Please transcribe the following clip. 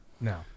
No